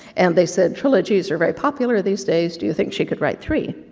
and they said, trilogies are very popular these days, do you think she could write three?